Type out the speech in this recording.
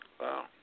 Wow